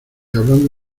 hablando